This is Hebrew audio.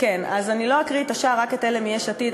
אז אני לא אקריא את השאר, רק את אלה מיש עתיד.